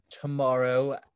tomorrow